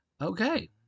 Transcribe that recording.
Okay